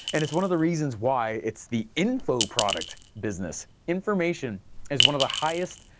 and it's one of the reasons why it's the info product business, information is one of the highest,